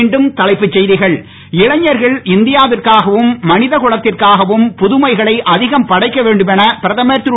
மீண்டும் தலைப்புச் செய்திகள் இளைஞர்கள் இந்தியாவிற்காகவும் மனித குலத்திற்காகவும் புதுமைகளை அதிகம் படைக்க வேண்டும் என பிரதமர் திரு